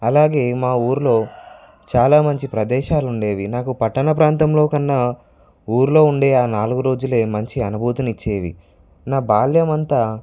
అలాగే మాఊరిలో చాలా మంచి ప్రదేశాలు ఉండేవి నాకు పట్టణ ప్రాంతంలో కన్నా ఊరిలో ఉండే ఆ నాలుగు రోజులే మంచి అనుభూతిని ఇచ్చేవి నా బాల్యం అంతా